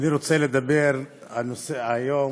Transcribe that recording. אני רוצה לדבר על נושא היום,